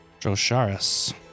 Drosharis